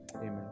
amen